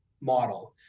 model